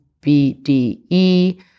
BDE